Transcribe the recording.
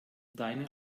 deine